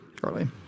charlie